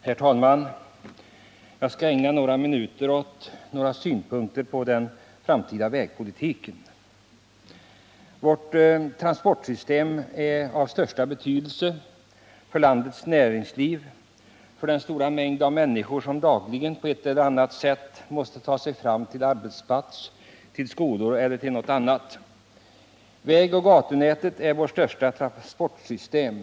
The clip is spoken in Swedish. Herr talman! Jag skall ägna några minuter åt en del synpunkter på den framtida vägpolitiken. Vårt transportsystem är av största betydelse för landets näringsliv och för den stora mängd av människor som dagligen på ett eller annat sätt måste ta sig fram till arbetsplatser, skolor eller andra ställen. Vägoch gatunätet är vårt största transportsystem.